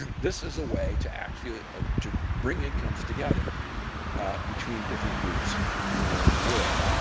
this is a way to actually ah to bring incomes together between different groups around the world.